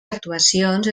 actuacions